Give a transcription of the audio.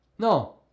No